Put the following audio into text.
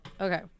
okay